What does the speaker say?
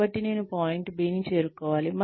కాబట్టి నేను point B ని చేరుకోవాలి